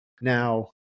Now